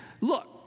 look